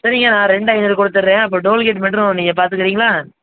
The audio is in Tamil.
சரிங்க நான் ரெண்டு ஐந்நூறு கொடுத்துட்றேன் அப்போ டோல் கேட் மட்டும் நீங்கள் பார்த்துக்குறீங்களா